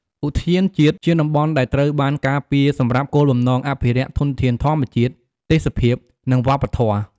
ឧទ្យានជាតិជាតំបន់ដែលត្រូវបានការពារសម្រាប់គោលបំណងអភិរក្សធនធានធម្មជាតិ ទេសភាព និងវប្បធម៌។